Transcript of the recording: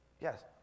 Yes